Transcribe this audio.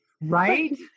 Right